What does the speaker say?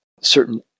certain